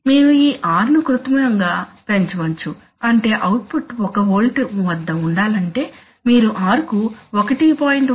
మీరు ఈ r ను కృత్రిమంగా పెంచవచ్చు అంటే అవుట్పుట్ 1 వోల్ట్ వద్ద ఉండాలంటే మీరు r కు 1